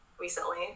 recently